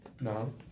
No